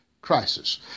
crisis